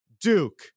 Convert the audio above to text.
Duke